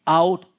out